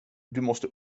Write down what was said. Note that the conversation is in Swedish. måste